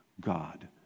God